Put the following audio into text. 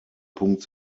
punkt